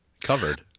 covered